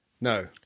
No